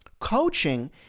Coaching